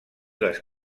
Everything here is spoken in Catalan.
les